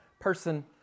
person